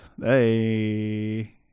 Hey